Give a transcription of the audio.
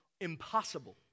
impossible